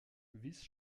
vice